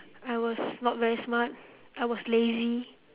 I was not very smart I was lazy